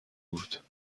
بود